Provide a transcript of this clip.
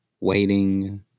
waiting